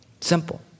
Simple